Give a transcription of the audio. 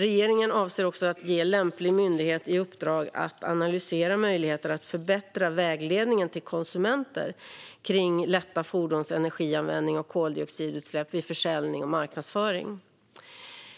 Regeringen avser att ge lämplig myndighet i uppdrag att analysera möjligheten att förbättra vägledningen till konsumenter kring lätta fordons energianvändning och koldioxidutsläpp vid försäljning och marknadsföring.